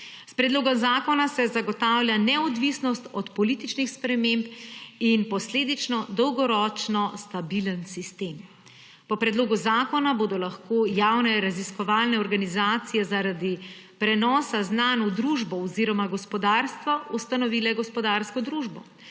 S predlogom zakona se zagotavlja neodvisnost od političnih sprememb in posledično dolgoročno stabilen sistem. Po predlogu zakona bodo lahko javne raziskovalne organizacije zaradi prenosa znanj v družbo oziroma gospodarstvo ustanovile gospodarsko družbo.